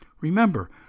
Remember